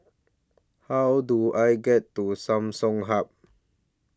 How Do I get to Samsung Hub